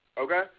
Okay